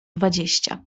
dwadzieścia